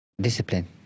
Discipline